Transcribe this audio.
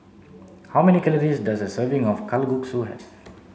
how many calories does a serving of Kalguksu